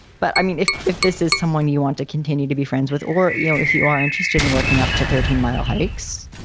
but i mean, if if this is someone you want to continue to be friends with or, you know, if you are interested in working up to thirteen mile hikes,